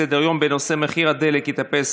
לסדר-היום בנושא: מחיר הדלק יטפס